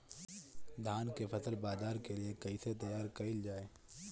धान के फसल बाजार के लिए कईसे तैयार कइल जाए?